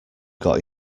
got